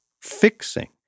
fixing